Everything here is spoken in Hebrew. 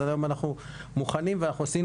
זאת אומרת היום אנחנו מוכנים ואנחנו עושים